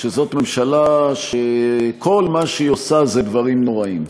שזאת ממשלה שכל מה שהיא עושה, זה דברים נוראיים.